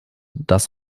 das